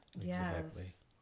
Yes